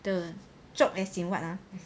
the chok as in what ah